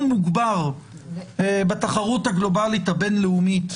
מוגבר בתחרות הגלובאלית הבין-לאומית,